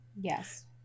Yes